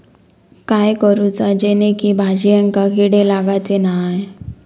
काय करूचा जेणेकी भाजायेंका किडे लागाचे नाय?